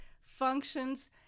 functions